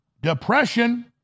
depression